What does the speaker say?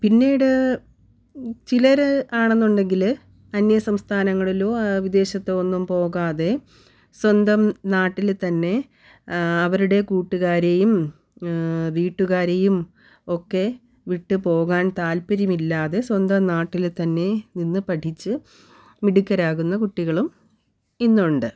പിന്നീട് ചിലർ ആണെന്നുണ്ടെങ്കിൽ അന്യസംസ്ഥാനങ്ങളിലോ വിദേശത്തോ ഒന്നും പോകാതെ സ്വന്തം നാട്ടിൽ തന്നെ അവരുടെ കൂട്ടുകാരെയും വീട്ടുകാരെയും ഒക്കെ വിട്ട് പോകാൻ താൽപ്പര്യം ഇല്ലാതെ സ്വന്തം നാട്ടിൽ തന്നെ നിന്ന് പഠിച്ച് മിടുക്കരാകുന്ന കുട്ടികളും ഇന്നുണ്ട്